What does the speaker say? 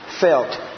felt